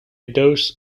dose